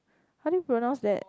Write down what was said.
how do you pronounce that